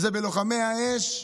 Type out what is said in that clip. זה בלוחמי האש,